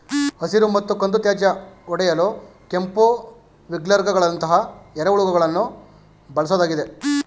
ಹಸಿರು ಮತ್ತು ಕಂದು ತ್ಯಾಜ್ಯ ಒಡೆಯಲು ಕೆಂಪು ವಿಗ್ಲರ್ಗಳಂತಹ ಎರೆಹುಳುಗಳನ್ನು ಬಳ್ಸೋದಾಗಿದೆ